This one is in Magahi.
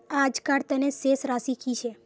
आजकार तने शेष राशि कि छे?